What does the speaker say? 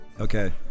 Okay